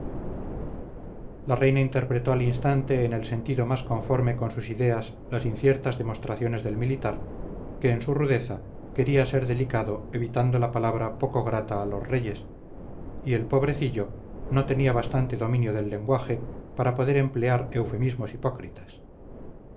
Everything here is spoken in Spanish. la reina interpretó al instante en el sentido más conforme con sus ideas las inciertas demostraciones del militar que en su rudeza quería ser delicado evitando la palabra poco grata a los reyes y el pobrecillo no tenía bastante dominio del lenguaje para poder emplear eufemismos hipócritas